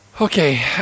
Okay